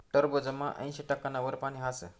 टरबूजमा ऐंशी टक्काना वर पानी हास